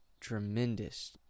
tremendous